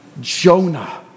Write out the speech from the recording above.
Jonah